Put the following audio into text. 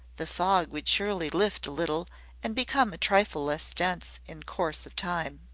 the fog would surely lift a little and become a trifle less dense in course of time.